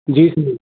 जी जी